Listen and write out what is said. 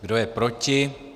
Kdo je proti?